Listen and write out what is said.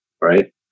right